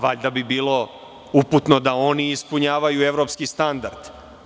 Valjda bi bilo uputno da one ispunjavaju evropski standard.